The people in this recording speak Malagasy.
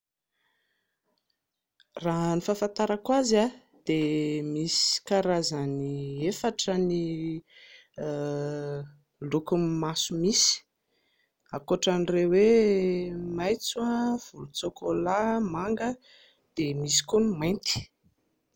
Raha ny fahafantarako azy dia misy karazany efatra ny lokon'ny maso misy, ankoatran'ireo hoe maitso, volon-tsôkôla, manga dia misy koa ny mainty